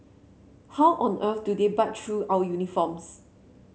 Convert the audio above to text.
how on earth do they bite through our uniforms